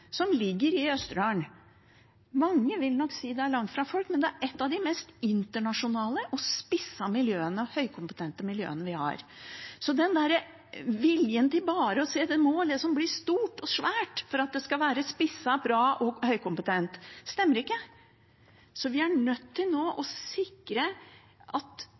som ligger i Østerdalen. Mange vil nok si at det er langt fra folk, men det er et av de mest internasjonale, spissede og høykompetente miljøene vi har. Så viljen til bare å se at det må bli stort og svært for at det skal være spisset, bra og høykompetent, stemmer ikke. Vi er nødt til å sikre at